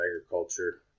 agriculture